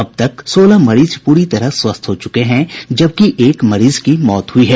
अब तक सोलह मरीज पूरी तरह स्वस्थ हो चुके हैं जबकि एक मरीज की मौत हुई है